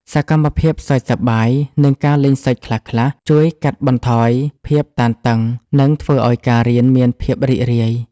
សកម្មភាពសើចសប្បាយ និងការលេងសើចខ្លះៗ ជួយកាត់បន្ថយភាពតានតឹង និងធ្វើឱ្យការរៀនមានភាពរីករាយ។